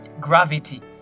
gravity